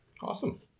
awesome